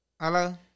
Hello